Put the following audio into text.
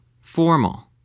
formal